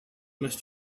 must